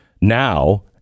now